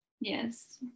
Yes